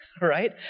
right